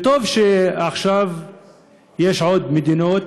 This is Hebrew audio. וטוב שעכשיו יש עוד מדינות,